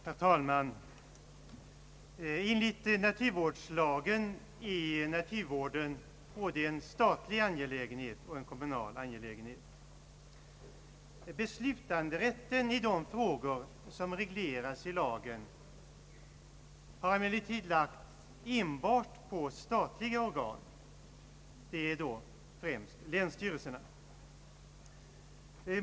Herr talman! Enligt naturvårdslagen är naturvården både en statlig och en kommunal angeläghenhet. Beslutanderätten i de frågor som regleras i lagen har emellertid lagts enbart på statliga organ, främst länsstyrelserna.